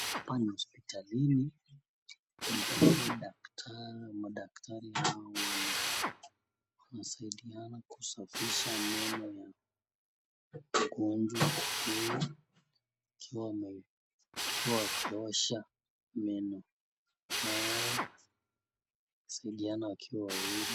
Hapa ni hospitalini ambapo madaktari wanasaidiana kusafisha meno ya mgonjwa huyu ikiwa wakiosha meno wanasaidiana wakiwa wawili.